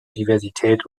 diversität